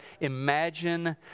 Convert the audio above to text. imagine